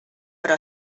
però